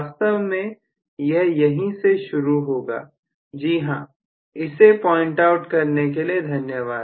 वास्तव में यह यहीं से शुरू होगा जी हां इसे प्वाइंट आउट करने के लिए धन्यवाद